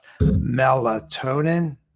melatonin